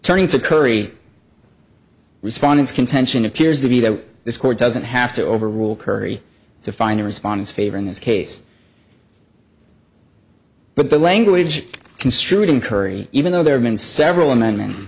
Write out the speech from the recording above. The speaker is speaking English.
turning to curry respondents contention appears to be that this court doesn't have to overrule curry to find a response favoring this case but the language construed in curry even though there have been several amendment